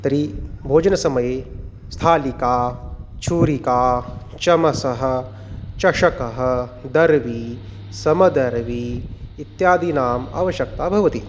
तर्हि भोजनसमये स्थालिका छुरिका चमसः चषकः दर्वी समदर्वी इत्यादीनाम् आवश्यकता भवति